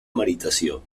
meritació